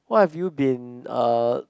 what have you been uh